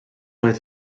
oedd